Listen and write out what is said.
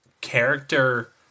character